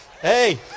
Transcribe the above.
Hey